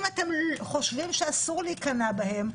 אם אתם חושבים שאסור להיכנע בהם,